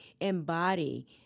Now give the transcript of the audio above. embody